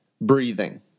Breathing